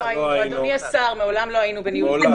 אדוני השר, מעולם לא היינו בדיון דיפרנציאלי.